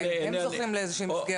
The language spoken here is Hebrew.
האם הם זוכים לאיזושהי מסגרת?